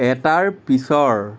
এটাৰ পিছৰ